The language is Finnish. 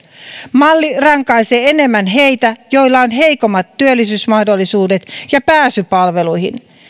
malli rankaisee enemmän heitä joilla on heikommat työllistymismahdollisuudet ja pääsy palveluihin